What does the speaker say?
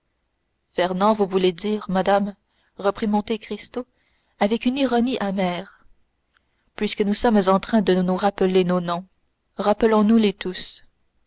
morcerf fernand voulez-vous dire madame reprit monte cristo avec une ironie amère puisque nous sommes en train de nous rappeler nos noms rappelons nous les tous